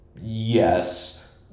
yes